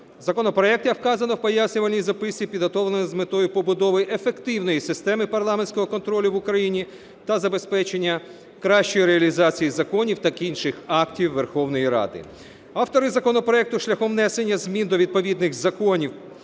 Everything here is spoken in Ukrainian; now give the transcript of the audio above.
Законопроект, як вказано в пояснювальній записці, підготовлений з метою побудови ефективної системи парламентського контролю в Україні та забезпечення кращої реалізації законів та інших актів Верховної Ради. Автори законопроекту шляхом внесення змін до відповідних законів